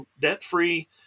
debt-free